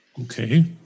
Okay